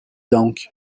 donc